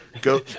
go